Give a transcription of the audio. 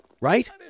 right